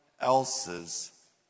else's